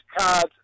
cards